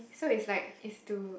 so it's like it's to